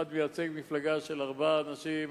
האחד מייצג מפלגה של ארבעה אנשים,